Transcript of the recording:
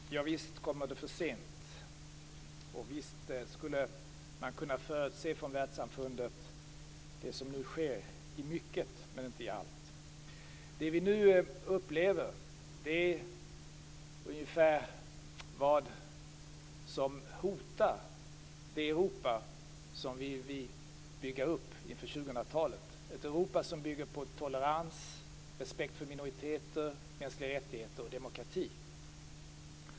Fru talman! Ja, visst kommer det för sent. Visst skulle världssamfundet ha kunnat förutse det som nu sker i mycket, men inte i allt. Det vi nu upplever är ett hot mot det Europa som vi vill bygga upp inför 2000 talet - ett Europa som bygger på tolerans, respekt för minoriteter, mänskliga rättigheter och demokrati.